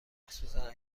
مخصوصن